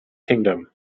kingdom